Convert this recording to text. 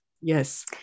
yes